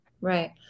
Right